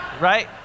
right